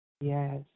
Yes